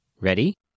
Ready